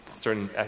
certain